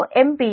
లో M p